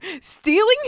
stealing